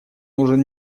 нужен